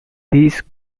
these